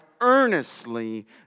earnestly